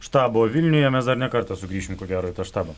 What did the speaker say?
štabo vilniuje mes dar ne kartą sugrįšim ko gero į tą štabą